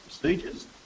procedures